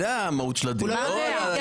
זאת מהות הדיון.